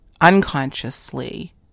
unconsciously